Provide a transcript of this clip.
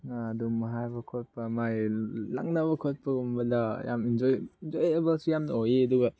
ꯑꯗꯨꯝꯕ ꯍꯥꯏꯕ ꯈꯣꯠꯄ ꯃꯥꯏ ꯂꯛꯅꯕ ꯈꯣꯠꯄꯒꯨꯝꯕꯗ ꯌꯥꯝ ꯑꯦꯟꯖꯣꯏ ꯑꯦꯟꯖꯣꯏꯌꯦꯕꯜꯁꯨ ꯌꯥꯝꯅ ꯑꯣꯏꯌꯦ ꯑꯗꯨꯒ